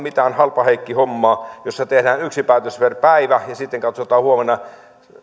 mitään halpaheikkihommaa jossa tehdään yksi päätös per päivä ja sitten katsotaan huomenna